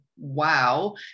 wow